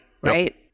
Right